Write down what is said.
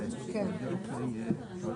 דברים.